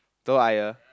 Telok-Ayer